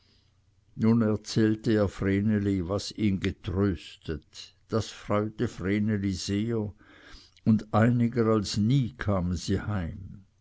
nun erzählte er vreneli was ihn getröstet das freute vreneli sehr und einiger als nie kamen sie heim